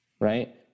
right